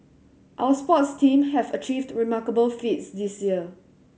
our sports teams have achieved remarkable feats this year